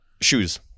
shoes